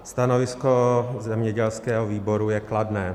Stanovisko zemědělského výboru je kladné.